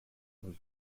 was